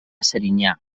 serinyà